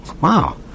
Wow